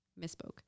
Misspoke